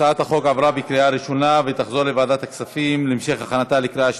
התשע"ז 2017, לוועדת הכספים נתקבלה.